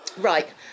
Right